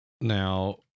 Now